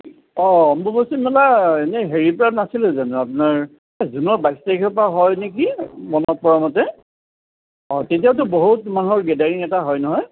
অঁ অম্বুবাচী মেলা এনেই হেৰিৰ পৰা নাছিলে জানো আপোনাৰ জুনৰ বাইছ তাৰিখৰ পৰা হয় নেকি মনত পৰা মতে অঁ তেতিয়াটো বহুত মানুহৰ গেডাৰিং এটা হয় নহয়